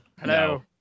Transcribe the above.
Hello